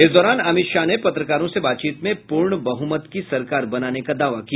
इस दौरान अमित शाह ने पत्रकारों से बातचीत में पूर्ण बहुमत की सरकार बनाने का दावा किया